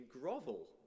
grovel